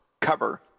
Cover